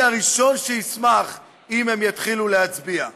"אני הראשון שישמח אם הם יתחילו להצביע".